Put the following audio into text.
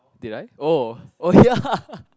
did I oh oh ya